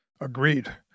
Agreed